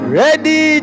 ready